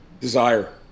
desire